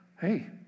hey